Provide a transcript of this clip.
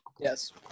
Yes